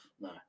No